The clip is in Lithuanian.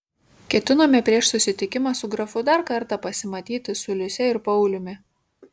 ketinome prieš susitikimą su grafu dar kartą pasimatyti su liuse ir pauliumi